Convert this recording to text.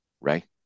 right